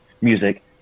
music